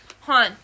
Han